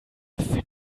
finja